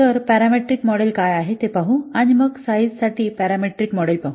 तर parametric model काय आहे ते पाहू आणि मग साईझ साठी पॅरामीट्रिक मॉडेल पाहू